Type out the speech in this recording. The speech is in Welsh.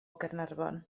gaernarfon